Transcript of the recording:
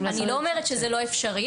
אני לא אומרת שזה לא אפשרי,